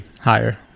Higher